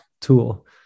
tool